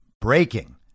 breaking